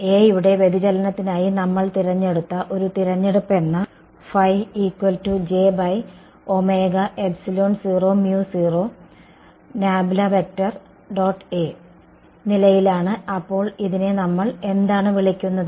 A യുടെ വ്യതിചലനത്തിനായി നമ്മൾ തിരഞ്ഞെടുത്ത ഒരു തിരഞ്ഞെടുപ്പെന്ന നിലയിലാണ് അപ്പോൾ ഇതിനെ നമ്മൾ എന്താണ് വിളിക്കുന്നത്